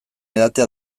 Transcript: edatea